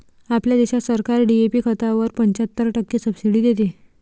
आपल्या देशात सरकार डी.ए.पी खतावर पंच्याहत्तर टक्के सब्सिडी देते